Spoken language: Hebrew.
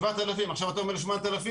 עכשיו אתה אומר שמונת אלפים?